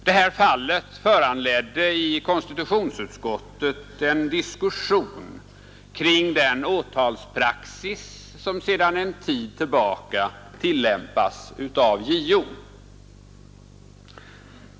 Detta fall föranledde i konstitutionsutskottet en diskussion kring den åtalspraxis som sedan en tid tillbaka tillämpats av JO.